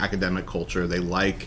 academic culture they like